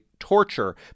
torture